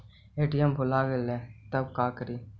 ATM भुला जाये त का करि?